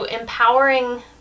empowering